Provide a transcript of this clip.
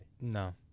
No